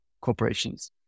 corporations